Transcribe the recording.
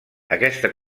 aquesta